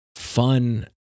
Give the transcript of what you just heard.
Fun